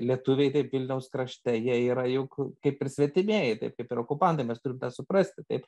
lietuviai kaip vilniaus krašte jie yra juk kaip ir svetimieji taip kaip ir okupantai mes turim tą suprasti taip